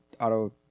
auto